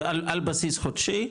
על בסיס חודשי.